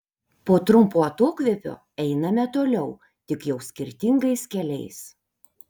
po trumpo atokvėpio einame toliau tik jau skirtingais keliais